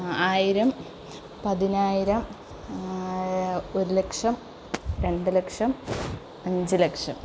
ആയിരം പതിനായിരം ഒരു ലക്ഷം രണ്ടു ലക്ഷം അഞ്ചു ലക്ഷം